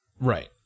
Right